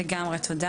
תודה